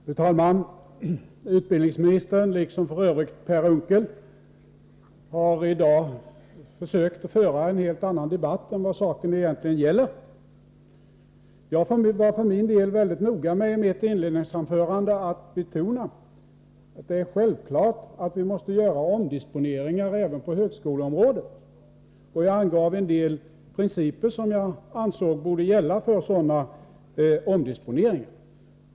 Fru talman! Utbildningsministern, liksom f.ö. Per Unckel, har i dag försökt att föra en debatt om någonting helt annat än det saken egentligen gäller. Jag var i mitt inledningsanförande mycket noga med att betona att det är självklart att vi måste göra omdisponeringar även på högskoleområdet. Jag angav en del principer som jag ansåg borde gälla för sådana omdisponeringar.